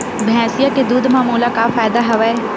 भैंसिया के दूध म मोला का फ़ायदा हवय?